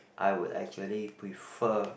I would actually prefer